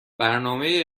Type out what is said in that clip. برنامه